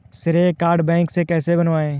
श्रेय card bank से कैसे बनवाएं?